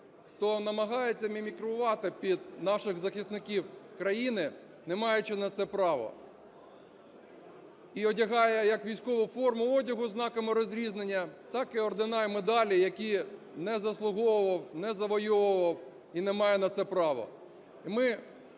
хто намагається мімікрувати під наших захисників країни, не маючи на це права. І одягає як військову форму одягу зі знаками розрізнення, так і ордена і медалі, які не заслуговував, не завойовував і не має на це право.